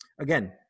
again